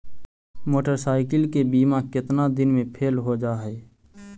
Motorcycle के बिमा केतना दिन मे फेल हो जा है?